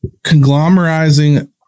conglomerizing